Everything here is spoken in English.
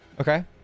Okay